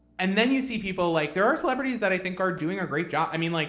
and then you see people like there are celebrities that i think are doing a great job. i mean, like